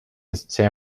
san